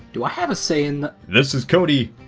do i have a say in. this is cody,